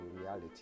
reality